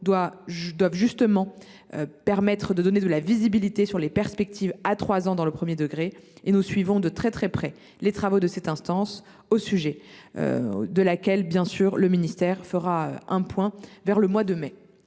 doit justement permettre de donner de la visibilité sur les perspectives à trois ans dans le premier degré. Nous suivons de très près les travaux de cette instance, au sujet de laquelle le ministère fera un point vers le mois de mai